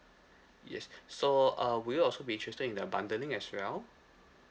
yes so uh would you also be interested in the bundling as well